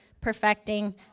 perfecting